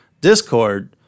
Discord